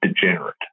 degenerate